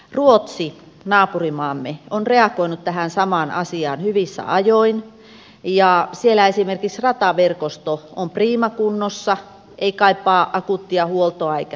ruotsi naapurimaamme on reagoinut tähän samaan asiaan hyvissä ajoin ja siellä esimerkiksi rataverkosto on priimakunnossa ei kaipaa akuuttia huoltoa eikä muuta